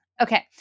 Okay